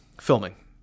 filming